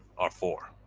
are for.